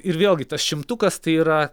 ir vėlgi tas šimtukas tai yra